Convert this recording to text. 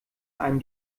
einem